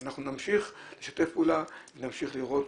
אנחנו נמשיך לשתף פעולה, נמשיך לראות,